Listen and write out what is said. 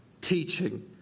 teaching